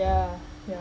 yeah yeah